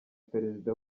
perezida